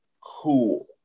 cool